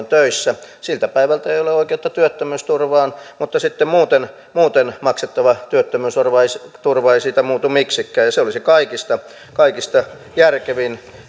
töissä ja siltä päivältä ei ole oikeutta työttömyysturvaan mutta sitten muuten muuten maksettava työttömyysturva ei siitä muutu miksikään ja se olisi kaikista kaikista järkevin